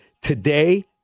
Today